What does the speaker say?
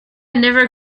never